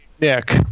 Nick